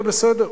זה בסדר.